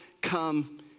come